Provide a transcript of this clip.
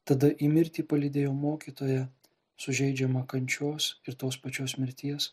tada į mirtį palydėjo mokytoją sužeidžiamą kančios ir tos pačios mirties